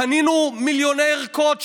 קנינו מיליוני ערכות,